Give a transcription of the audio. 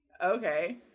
okay